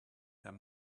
there